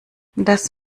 das